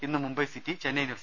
ഇന്ന് Mumbai city Chennaiyin F